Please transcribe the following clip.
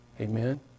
Amen